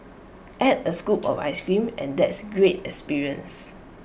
add A scoop of Ice Cream and that's A great experience